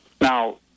Now